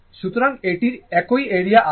সুতরাং এটির একই এরিয়া আছে